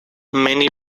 many